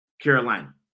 Carolina